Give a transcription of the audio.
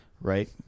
Right